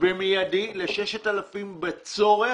במיידי ל-6,000 בצורך,